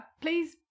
Please